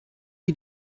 wie